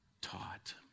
taught